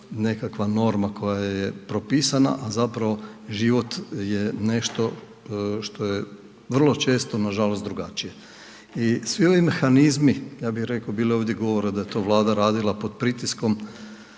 nekakva norma koja je propisana, a zapravo život je nešto što je vrlo često nažalost drugačije. I svi ovi mehanizmi, ja bih rekao, bilo je ovdje govorila da je to Vlada radila pod pritiskom,